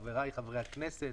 חבריי חברי הכנסת,